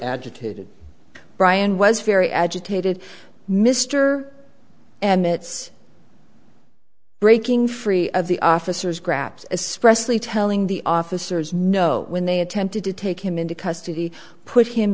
agitated brian was very agitated mr and it's breaking free of the officers graps especially telling the officers no when they attempted to take him into custody put him